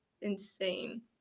insane